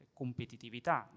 competitività